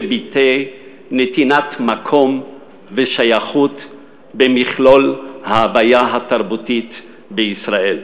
שביטאו נתינת מקום ושייכות במכלול ההוויה התרבותית בישראל.